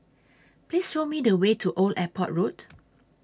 Please Show Me The Way to Old Airport Road